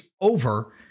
over